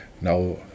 now